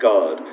God